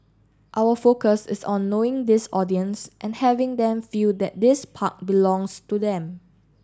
our focus is on knowing this audience and having them feel that this park belongs to them